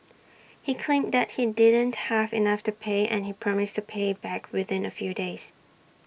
he claimed that he didn't have enough to pay and promised to pay back within A few days